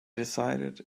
decided